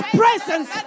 presence